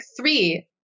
three